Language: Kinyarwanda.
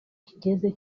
cyigeze